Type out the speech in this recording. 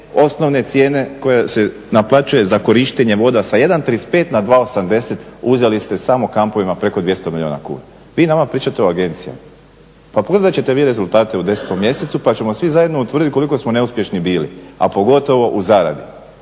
osnovne cijene koja se naplaćuje za korištenje voda sa 1,35 na 2,80 uzeli ste samo kampovima preko 200 milijuna kuna. Vi nama pričate o agencijama, pa pogledat ćete vi rezultate u 10.mjesecu pa ćemo svi zajedno utvrditi koliko smo neuspješni bili, a pogotovo u zaradi